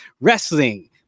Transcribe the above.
WRESTLING